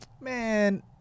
Man